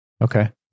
Okay